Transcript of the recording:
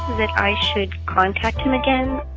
that i should contact him again?